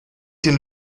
den